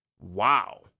Wow